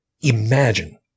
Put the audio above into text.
imagine